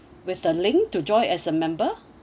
with a link to join as a member